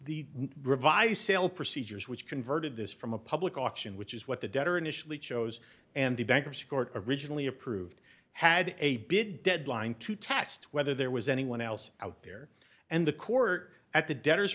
the revised sale procedures which converted this from a public auction which is what the debtor initially chose and the bankruptcy court originally approved had a big deadline to test whether there was anyone else out there and the court at the debtor